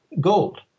gold